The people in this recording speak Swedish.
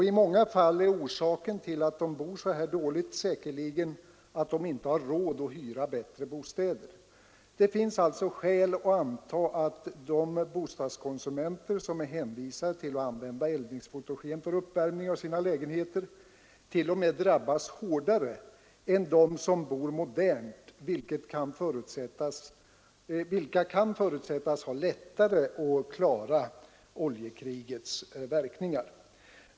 I många fall är orsaken till att de bor så här dåligt säkerligen att de inte har råd att hyra bättre bostäder. Det finns alltså skäl att anta att de bostadskonsumenter som är hänvisade till att använda eldningsfotogen för uppvärmning av sina lägenheter t.o.m. drabbas hårdare av oljekrigets verkningar än de som bor modernt, vilka kan förutsättas ha lättare att klara dem.